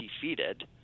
defeated